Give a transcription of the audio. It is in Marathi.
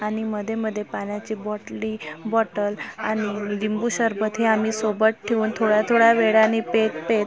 आणि मध्ये मध्ये पाण्याची बॉटली बॉटल आणि लिंबू सरबत हे आम्ही सोबत ठेवून थोड्या थोड्या वेळाने पीत पीत